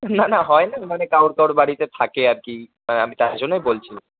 না না হয় না মানে কারোর কারোর বাড়িতে থাকে আর কি হ্যাঁ আমি তার জন্যই বলছি